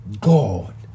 God